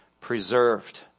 preserved